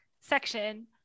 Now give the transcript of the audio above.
section